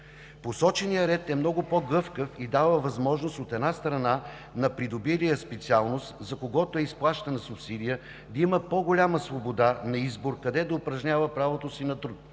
Посоченият ред е много по-гъвкав и дава възможност, от една страна, на придобилия специалност, за когото е изплащана субсидия, да има по-голяма свобода на избор къде да упражнява правото си на труд,